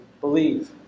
believe